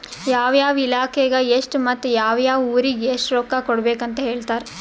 ಯಾವ ಯಾವ ಇಲಾಖೆಗ ಎಷ್ಟ ಮತ್ತ ಯಾವ್ ಯಾವ್ ಊರಿಗ್ ಎಷ್ಟ ರೊಕ್ಕಾ ಕೊಡ್ಬೇಕ್ ಅಂತ್ ಹೇಳ್ತಾರ್